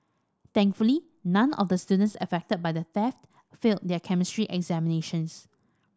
thankfully none of the students affected by the theft failed their Chemistry examinations